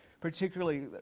particularly